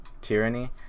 Tyranny